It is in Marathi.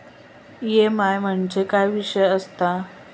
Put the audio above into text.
ई.एम.आय म्हणजे काय विषय आसता?